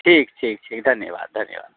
ठीक ठीक छै धन्यवाद धन्यवाद